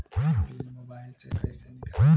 Bill mobile से कईसे निकाली?